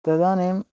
तदानीं